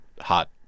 hot